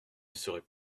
seraient